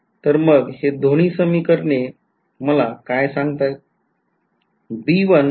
तर मग हे दोन्ही समीकरणे मला काय सांगताय